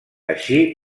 així